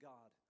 God